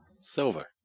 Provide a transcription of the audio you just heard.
Silver